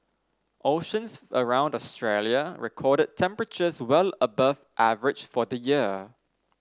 oceans around Australia recorded temperatures well above average for the year